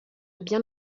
bien